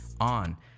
on